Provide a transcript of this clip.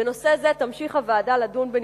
בנושא זה תמשיך הוועדה לדון בנפרד.